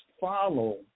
follow